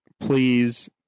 Please